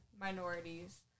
minorities